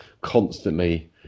constantly